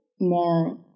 more